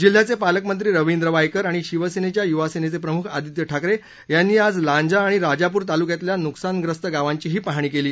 जिल्ह्याचे पालकमंत्री रवींद्र वायकर आणि शिवसेनेच्या युवा सेनेचे प्रमुख आदित्य ठाकरे यांनी आज लांजा आणि राजापूर तालुक्यातल्या नुकसानग्रस्त गावांची पाहणी केली